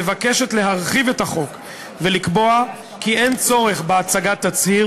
מבקשת להרחיב את החוק ולקבוע כי אין צורך בהצגת תצהיר